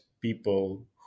people